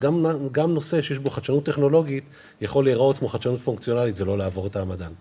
‫גם נושא שיש בו חדשנות טכנולוגית ‫יכול להיראות כמו חדשנות פונקציונלית ‫ולא לעבור את המדען.